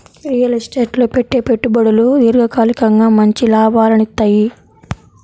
real estate లో పెట్టే పెట్టుబడులు దీర్ఘకాలికంగా మంచి లాభాలనిత్తయ్యి